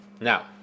now